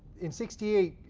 in sixty eight,